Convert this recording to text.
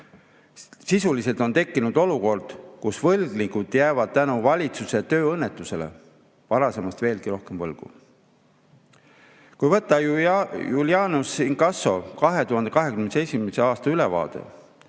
Sisuliselt on tekkinud olukord, kus võlgnikud jäävad valitsuse tööõnnetuse tõttu varasemast veelgi rohkem võlgu. Kui võtta Julianus Inkasso 2021. aasta ülevaade,